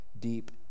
deep